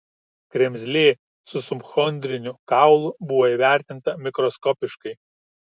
kremzlė su subchondriniu kaulu buvo įvertinta mikroskopiškai